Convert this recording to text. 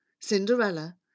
Cinderella